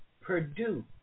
Purdue